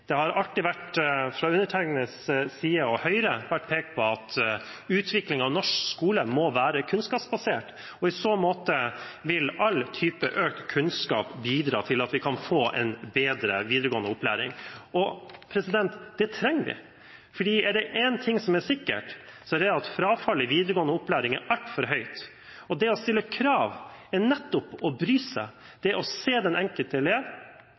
Det har alltid – fra undertegnedes side og fra Høyre – vært pekt på at utviklingen i norsk skole må være kunnskapsbasert. I så måte vil all type økt kunnskap bidra til at vi kan få en bedre videregående opplæring. Det trenger vi, for er det en ting som er sikkert, er det at frafallet i videregående opplæring er altfor høyt. Det å stille krav er nettopp å bry seg. Det å se den enkelte elev